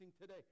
today